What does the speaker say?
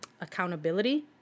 accountability